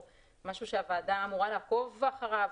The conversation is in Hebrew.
משהו שהוועדה אמורה לעקוב אחריו,